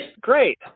Great